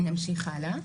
נמשיך הלאה.